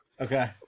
Okay